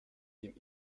dem